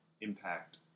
impact